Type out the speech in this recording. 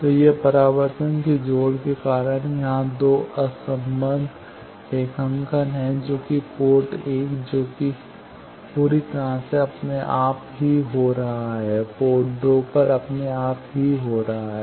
तो यह परावर्तन के जोड़ के कारण यहां दो असंबद्ध रेखांकन हैं जो कि पोर्ट 1 जो कि पूरी तरह से अपने आप ही हो रहा है पोर्ट 2 अपने आप ही हो रहा है